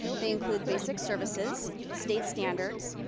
they include basic services, state standards,